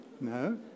no